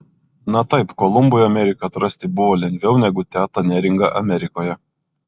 na taip kolumbui ameriką atrasti buvo lengviau negu tetą neringą amerikoje